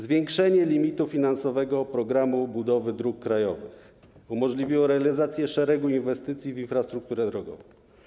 Zwiększenie limitu finansowego programu budowy dróg krajowych umożliwiło realizację szeregu inwestycji dotyczących infrastruktury drogowej.